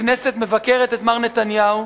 הכנסת מבקרת את מר נתניהו,